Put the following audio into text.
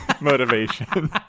motivation